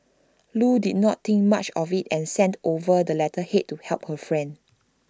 Loo did not think much of IT and sent over the letterhead to help her friend